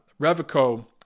Revico